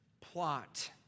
plot